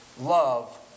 love